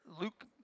Luke